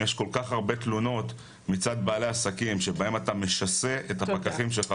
אם יש כל כך הרבה תלונות מצד בעלי עסקים שבהם אתה משסה את הפקחים שלך,